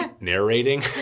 narrating